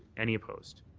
any opposed?